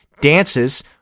dances